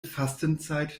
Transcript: fastenzeit